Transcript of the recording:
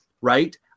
right